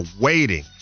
waiting